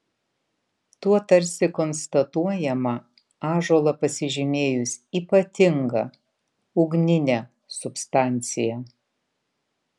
tuo tarsi konstatuojama ąžuolą pasižymėjus ypatinga ugnine substancija